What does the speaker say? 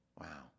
Wow